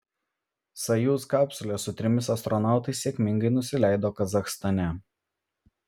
sojuz kapsulė su trimis astronautais sėkmingai nusileido kazachstane